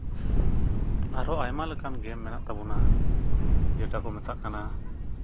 ᱟᱨᱚ ᱟᱭᱢᱟ ᱞᱮᱠᱟᱱ ᱜᱮᱢ ᱢᱮᱱᱟᱜ ᱛᱟᱵᱚᱱᱟ ᱡᱮᱴᱟ ᱠᱚ ᱢᱮᱛᱟᱜ ᱠᱟᱱᱟ